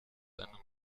eine